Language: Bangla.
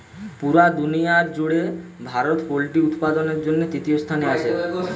পুরা দুনিয়ার জুড়ে ভারত পোল্ট্রি উৎপাদনের জন্যে তৃতীয় স্থানে আছে